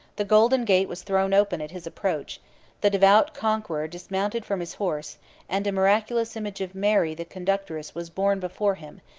the golden gate was thrown open at his approach the devout conqueror dismounted from his horse and a miraculous image of mary the conductress was borne before him,